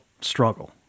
struggle